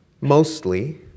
mostly